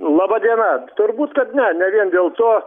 laba diena turbūt kad ne ne vien dėl to